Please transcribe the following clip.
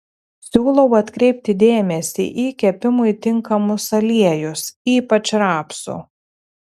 siūlau atkreipti dėmesį į kepimui tinkamus aliejus ypač rapsų